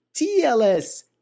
TLS